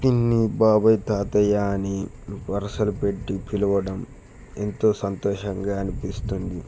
పిన్ని బాబాయ్ తాతయ్య అని వరసలు పెట్టి పిలవడం ఎంతో సంతోషంగా అనిపిస్తుంది